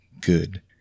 good